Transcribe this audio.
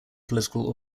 political